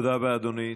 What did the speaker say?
תודה רבה, אדוני.